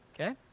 okay